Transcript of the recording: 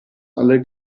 alle